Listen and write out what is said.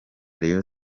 rayon